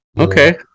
Okay